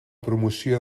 promoció